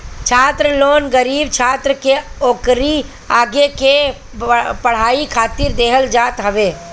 छात्र लोन गरीब छात्र के ओकरी आगे के पढ़ाई खातिर देहल जात हवे